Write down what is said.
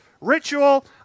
ritual